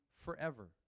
forever